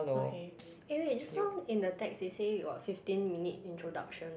okay eh wait just now in the text they say you got fifteen minute introduction